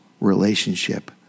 relationship